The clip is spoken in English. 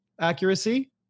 accuracy